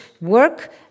work